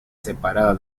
separada